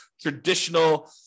traditional